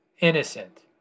innocent